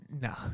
no